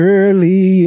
Early